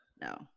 No